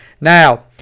Now